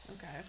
Okay